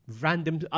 random